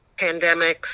pandemics